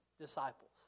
disciples